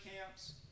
camps